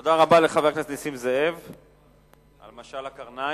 תודה רבה לחבר הכנסת נסים זאב על משל הקרניים.